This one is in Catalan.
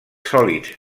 sòlids